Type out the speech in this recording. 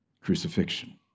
crucifixion